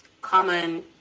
common